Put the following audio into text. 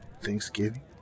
Thanksgiving